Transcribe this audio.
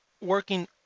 working